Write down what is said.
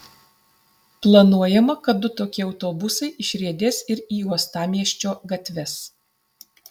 planuojama kad du tokie autobusai išriedės ir į uostamiesčio gatves